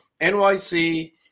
NYC